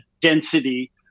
density